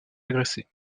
agressé